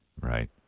Right